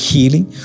Healing